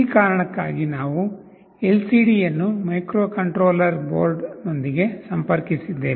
ಈ ಕಾರಣಕ್ಕಾಗಿ ನಾವು ಎಲ್ಸಿಡಿಯನ್ನು ಮೈಕ್ರೊಕಂಟ್ರೋಲರ್ ಬೋರ್ಡ್ನೊಂದಿಗೆ ಸಂಪರ್ಕಿಸಿದ್ದೇವೆ